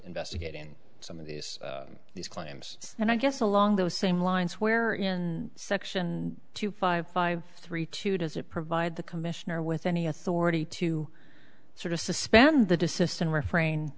investigating some of these these claims and i guess along those same lines where in section two five five three two does it provide the commissioner with any authority to sort of suspend the desist and refrain